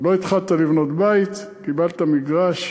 עוד לא התחלת לבנות בית, קיבלת מגרש